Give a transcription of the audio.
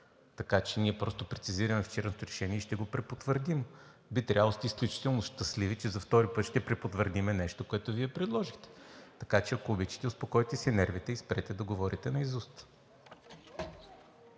така че просто прецизираме вчерашното решение и ще го препотвърдим. Би трябвало да сте изключително щастливи, че за втори път ще препотвърдим нещо, което Вие предложихте. Така че, ако обичате, успокойте си нервите и спрете да говорите наизуст.